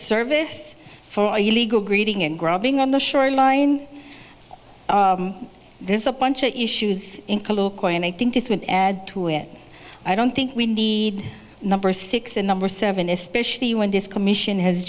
service for you legal greeting and grabbing on the shoreline there's a bunch of issues and i think this would add to it i don't think we need number six and number seven especially when this commission has